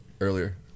earlier